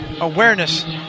awareness